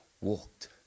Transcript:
walked